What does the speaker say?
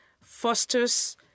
fosters